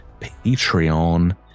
patreon